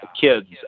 kids